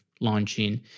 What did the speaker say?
launching